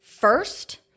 first